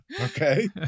Okay